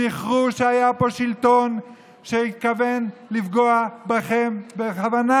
זכרו שהיה פה שלטון שהתכוון לפגוע בכם בכוונה.